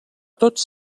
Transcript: tots